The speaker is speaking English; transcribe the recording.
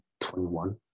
21